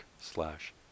slash